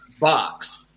box